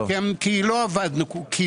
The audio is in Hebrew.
כי לא עבדנו.